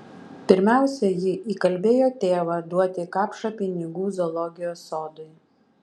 pirmiausia ji įkalbėjo tėvą duoti kapšą pinigų zoologijos sodui